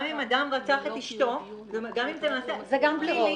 גם אם אדם רצח את אשתו --- זה גם טרור,